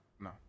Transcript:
no